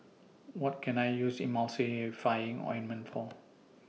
What Can I use Emulsying Ointment For